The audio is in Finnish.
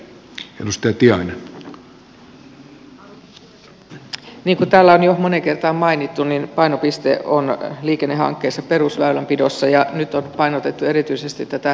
niin kuin täällä on jo moneen kertaan mainittu painopiste on liikennehankkeissa perusväylänpidossa ja nyt on painotettu erityisesti tätä rataliikennettä